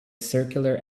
circular